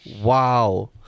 Wow